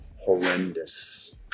horrendous